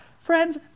Friends